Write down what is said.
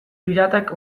piratak